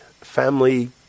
family